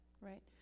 Right